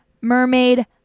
Mermaid